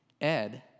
Ed